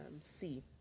see